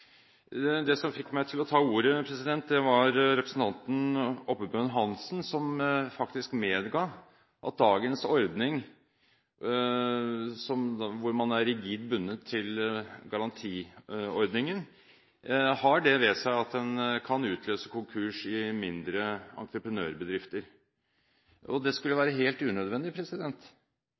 Det som fikk meg til å ta ordet, var at representanten Oppebøen Hansen faktisk medga at dagens ordning, hvor man er rigid bundet til garantiordningen, har det ved seg at den kan utløse konkurs i mindre entreprenørbedrifter. Det skulle være helt unødvendig.